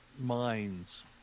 minds